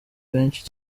benshi